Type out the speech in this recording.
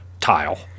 tile